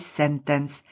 sentence